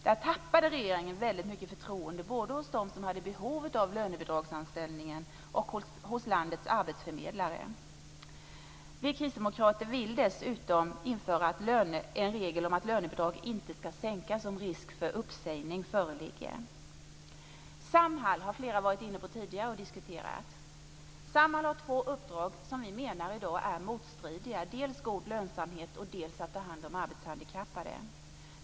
Där tappade regeringen mycket förtroende, både hos dem som hade behov av lönebidragsanställning och hos landets arbetsförmedlare. Vi kristdemokrater vill dessutom införa en regel om att lönebidrag inte ska sänkas om risk för uppsägning föreligger. Flera talare har varit inne på Samhall tidigare. Samhall har två uppdrag som vi menar är motstridiga. Det är dels god lönsamhet, dels att ta hand om arbetshandikappade.